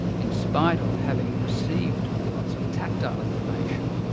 in spite of having received lots of tactile information,